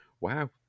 Wow